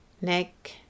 neck